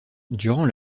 durant